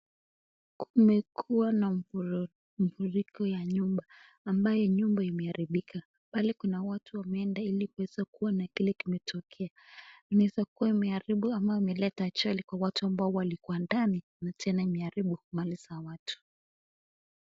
Kumekuwa na mfuriko ya nyumba ambayo nyumba imeharibika. Pale kuna watu wameenda ili aweze kuona kile kimetokea. Inaweza kuwa imeharibu ama imeleta ajali kwa watu walikuwa ndani tena imeharibu mali za watu.